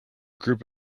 group